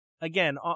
again